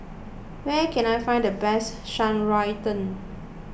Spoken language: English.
where can I find the best Shan Rui Tang